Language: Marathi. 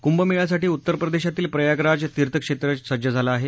कुंभमेळ्यासाठी उत्तरप्रदेशातील प्रयागराज तीर्थक्षेत्रं सज्जं झालं आहे